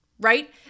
Right